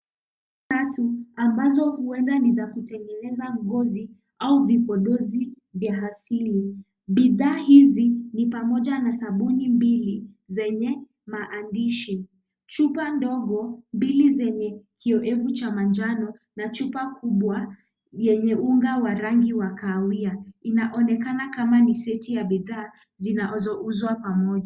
Tatu ambazo huenda ni za kutengeneza ngozi au vipodozi vya asili. Bidhaa hizi ni pamoja na sabuni mbili, zenye maandishi. Chupa ndogo mbili zenye kiowevu cha manjano na chupa kubwa yenye unga wa rangi wa kahawia. Inaonekana kama ni seti ya bidhaa zinazouzwa pamoja.